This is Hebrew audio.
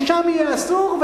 שם יהיה אסור,